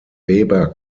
weber